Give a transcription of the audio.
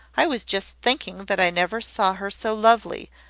i was just thinking that i never saw her so lovely,